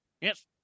Yes